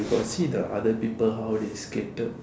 you got see the other people how they skated